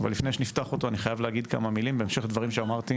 אבל לפני שנפתח אותו אני חייב להגיד כמה מילים בהמשך לדברים שאמרתי